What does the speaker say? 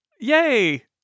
Yay